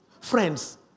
Friends